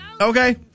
Okay